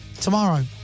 tomorrow